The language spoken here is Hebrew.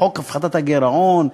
חוק הפחתת הגירעון?